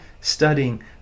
studying